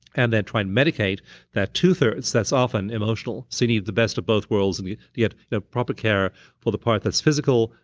and then try and medicate that two-thirds that's often emotional. so you need the best of both worlds. and you yeah have proper care for the part that's physical,